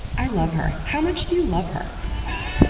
i love her. how much do you love her?